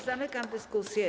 Zamykam dyskusję.